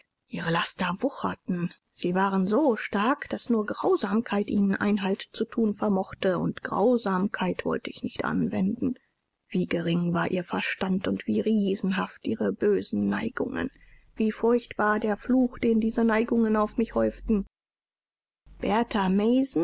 ihre laster wucherten sie waren so stark daß nur grausamkeit ihnen einhalt zu thun vermochte und grausamkeit wollte ich nicht anwenden wie gering war ihr verstand und wie riesenhaft ihre bösen neigungen wie furchtbar der fluch den diese neigungen auf mich häuften